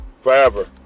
forever